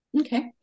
Okay